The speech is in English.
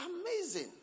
Amazing